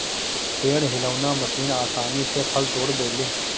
पेड़ हिलौना मशीन आसानी से फल तोड़ देले